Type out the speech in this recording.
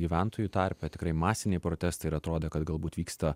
gyventojų tarpe tikrai masiniai protestai ir atrodė kad galbūt vyksta